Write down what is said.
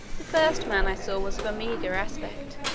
the first man i saw was of a meagre aspect,